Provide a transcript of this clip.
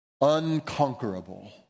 unconquerable